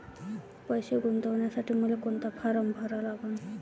पैसे गुंतवासाठी मले कोंता फारम भरा लागन?